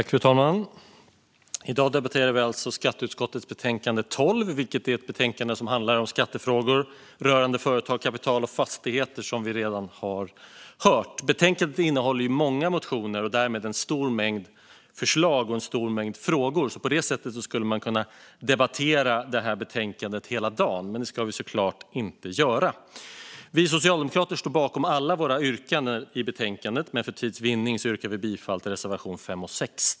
Fru talman! I dag debatterar vi alltså skatteutskottets betänkande 12, vilket som vi redan har hört handlar om skattefrågor rörande företag, kapital och fastigheter. I betänkandet behandlas många motioner och därmed en stor mängd förslag och frågor. På så sätt skulle man kunna debattera betänkandet hela dagen, men det ska vi såklart inte göra. Vi socialdemokrater står bakom alla våra yrkanden i betänkandet, men för tids vinning yrkar vi bifall enbart till reservationerna 5 och 16.